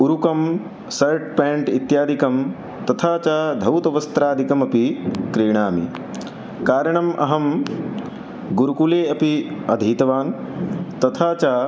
उरुकं shirt pant इत्यादीकं तथा च धौतवस्त्रादिकमपि क्रीणामि कारणम् अहं गुरुकुले अपि अधीतवान् तथा च